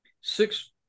six